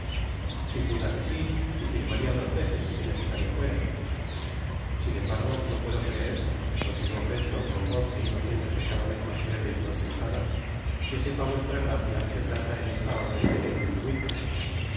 sin duda que si y firmaria dos veces si necesario fuera sin embargo no puedo creer continuó felton con voz que iba haciéndose cada vez mas breve y concentrada que sepa vuestra gracia se trata en esta órden de lady de winter